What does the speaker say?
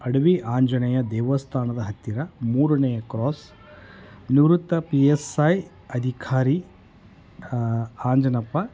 ಅಡವಿ ಆಂಜನೇಯ ದೇವಸ್ಥಾನದ ಹತ್ತಿರ ಮೂರನೆಯ ಕ್ರಾಸ್ ನಿವೃತ್ತ ಪಿ ಎಸ್ ಐ ಅಧಿಕಾರಿ ಆಂಜನಪ್ಪ